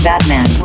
Batman